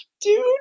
Dude